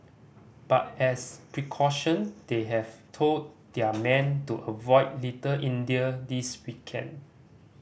but as precaution they have told their men to avoid Little India this weekend